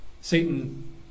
Satan